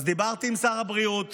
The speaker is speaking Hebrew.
אז דיברתי עם שר הבריאות,